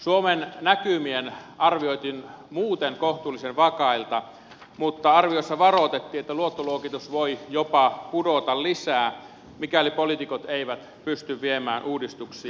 suomen näkymien arvioitiin olevan muuten kohtuullisen vakaita mutta arviossa varoitettiin että luottoluokitus voi jopa pudota lisää mikäli poliitikot eivät pysty viemään uudistuksia eteenpäin